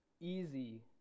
easy